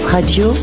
Radio